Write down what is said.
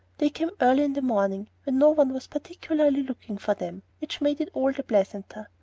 they came early in the morning, when no one was particularly looking for them, which made it all the pleasanter.